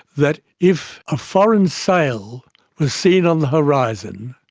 that if a foreign sail was seen on the horizon,